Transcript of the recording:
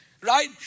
Right